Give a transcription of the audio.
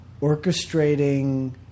orchestrating